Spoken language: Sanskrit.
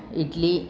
इट्लि